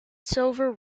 silver